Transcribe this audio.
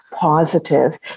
positive